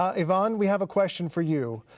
ah yvonne, we have a question for you.